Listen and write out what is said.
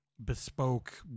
bespoke